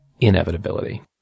inevitability